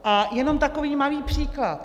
A jenom takový malý příklad.